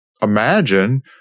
imagine